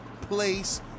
place